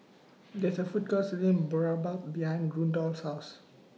There IS A Food Court Selling Boribap behind Rudolph's House